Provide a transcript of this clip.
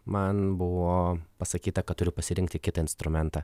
man buvo pasakyta kad turiu pasirinkti kitą instrumentą